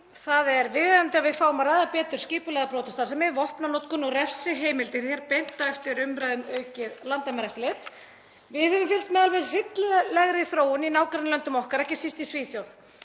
Það er viðeigandi að við fáum að ræða betur skipulagða brotastarfsemi, vopnanotkun og refsiheimildir hér beint á eftir umræðunni um aukið landamæraeftirlit. Við höfum fylgst með alveg hryllilegri þróun í nágrannalöndum okkar, ekki síst í Svíþjóð.